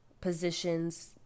positions